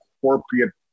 corporate